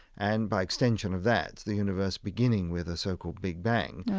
and by extension of that, the universe beginning with a so-called big bang.